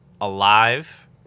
alive